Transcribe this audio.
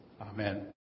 Amen